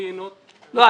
דיסציפלינות --- לא,